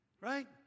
right